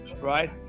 right